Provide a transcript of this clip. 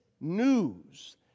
news